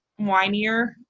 whinier